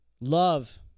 love